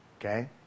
Okay